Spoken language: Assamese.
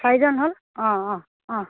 চাৰিজন হ'ল অঁ অঁ অঁ